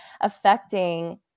affecting